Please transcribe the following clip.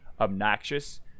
obnoxious